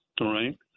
right